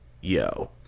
yo